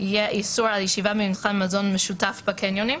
איסור על ישיבה במתחם מזון משותף בקניונים.